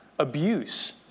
Abuse